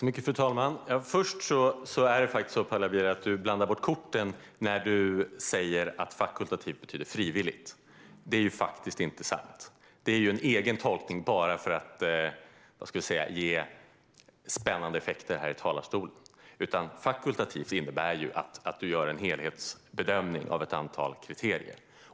Fru talman! Först och främst, Paula Bieler, blandar du bort korten när du säger att fakultativt betyder frivilligt. Det är faktiskt inte sant, utan det är en egen tolkning bara för att ge spännande effekter här i talarstolen. Fakultativt innebär att man gör en helhetsbedömning av ett antal kriterier.